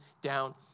down